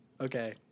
Okay